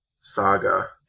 saga